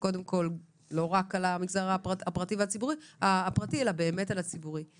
לא רק על המגזר הפרטי אלא באמת על המגזר הציבורי.